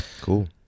cool